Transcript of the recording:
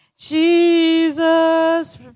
Jesus